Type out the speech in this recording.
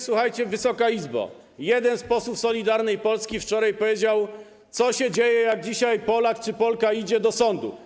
Słuchajcie, Wysoka Izbo: jeden z posłów Solidarnej Polski wczoraj zaczął opowiadać, co się dzieje, jak dzisiaj Polak czy Polka idzie do sądu.